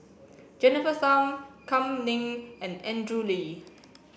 Jennifer Tham Kam Ning and Andrew Lee